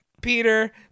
Peter